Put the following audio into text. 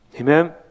Amen